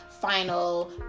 final